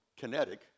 kinetic